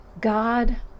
God